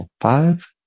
five